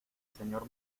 señor